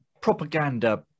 propaganda